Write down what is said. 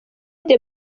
the